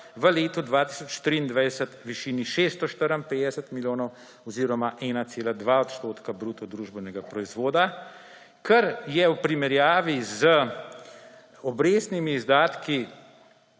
v letu 2023 v višini 654 milijonov oziroma 1,2 odstotka bruto družbenega proizvoda, kar je v primerjavi z obrestnimi izdatki